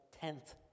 tenth